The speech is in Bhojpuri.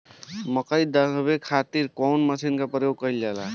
मकई दावे खातीर कउन मसीन के प्रयोग कईल जाला?